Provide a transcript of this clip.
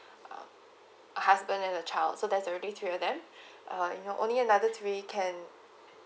a husband and a child so there is already three of them uh you know only another three can